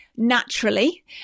naturally